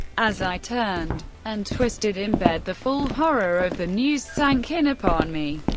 as i turned and twisted in bed the full horror of the news sank in upon me.